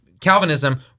Calvinism